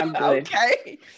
Okay